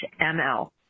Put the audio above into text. ML